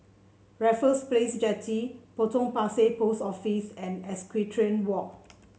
Raffles Place Jetty Potong Pasir Post Office and Equestrian Walk